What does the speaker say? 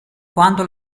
quando